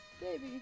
Baby